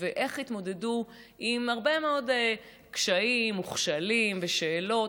ואיך התמודדו עם הרבה מאוד קשיים וכשלים ושאלות,